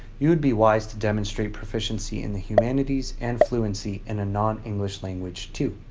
you would be wise to demonstrate proficiency in the humanities and fluency in a non-english language too.